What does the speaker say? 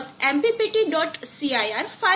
cir file